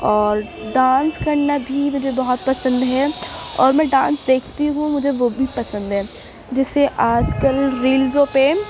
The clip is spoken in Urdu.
اور ڈانس کرنا بھی مجھے بہت پسند ہے اور میں ڈانس دیکھتی ہوں مجھے وہ بھی پسند ہے جیسے آج کل ریلزوں ہوتے ہیں